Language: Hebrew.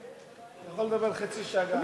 הוא יכול לדבר חצי שעה גם.